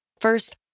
First